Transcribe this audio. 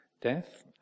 death